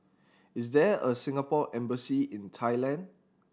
is there a Singapore Embassy in Thailand